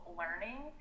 learning